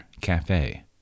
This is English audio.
cafe